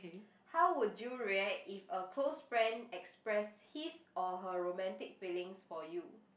how would you react if a close friend express his or her romantic feelings for you